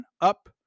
up